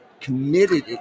committed